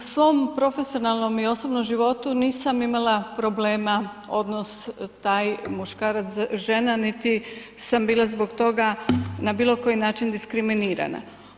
U svom profesionalnom i osobnom životu nisam imala problema odnos taj muškarac-žena niti sam bila zbog toga na bilokoji način diskriminirana.